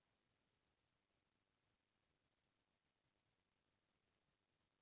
आज कल थरहा लगाए के बूता ह मसीन म होवथे